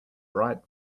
bright